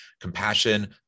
Compassion